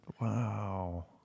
Wow